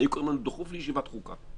היו קוראים לנו דחוף לישיבה של ועדת החוקה,